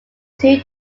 two